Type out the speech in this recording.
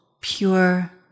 pure